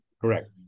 Correct